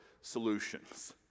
solutions